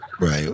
right